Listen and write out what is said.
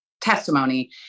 testimony